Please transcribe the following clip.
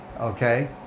okay